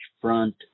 Front